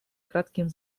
кратким